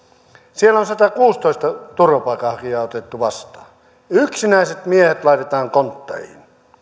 siellä on satakuusitoista turvapaikanhakijaa otettu vastaan yksinäiset miehet laitetaan kontteihin